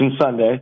Sunday